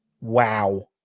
wow